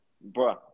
Bro